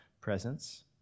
presence